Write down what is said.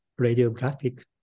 radiographic